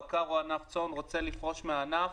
בקר או ענף צאן רוצה לפרוש מהענף